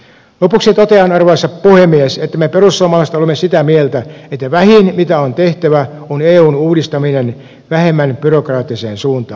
lopuksi totean arvoisa puhemies että me perussuomalaiset olemme sitä mieltä että vähin mitä on tehtävä on eun uudistaminen vähemmän byrokraattiseen suuntaan